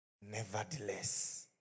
nevertheless